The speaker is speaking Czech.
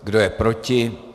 Kdo je proti?